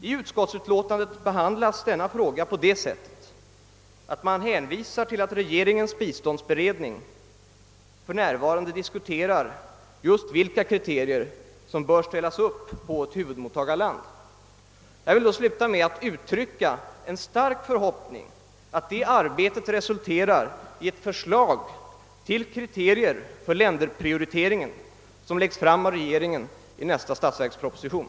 I utskottets utlåtande behandlas denna fråga på det sättet att man hänvisar till att regeringens biståndsberedning för närvarande diskuterar just vilka kriterier som bör ställas upp på ett huvudmottagarland. Jag vill sluta med att uttrycka en stark förhoppning om att det arbetet resulterar i ett förslag till kriterier för länderprioritering som läggs fram av regeringen i nästa statsverksproposition.